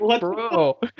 bro